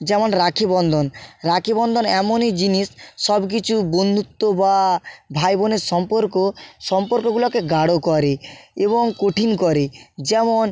যেমন রাখি বন্ধন রাখি বন্ধন এমনই জিনিস সব কিছু বন্ধুত্ব বা ভাই বোনের সম্পর্ক সম্পর্কগুলোকে গাঢ় করে এবং কঠিন করে যেমন